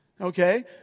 Okay